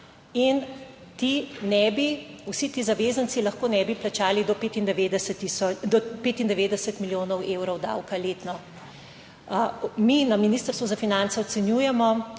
in ti ne bi, vsi ti zavezanci lahko ne bi plačali do 95 milijonov evrov davka letno. Mi na Ministrstvu za finance ocenjujemo,